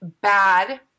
bad